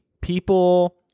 People